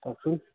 কওকচোন